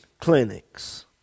clinics